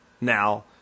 now